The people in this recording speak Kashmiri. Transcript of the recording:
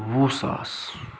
وُہ ساس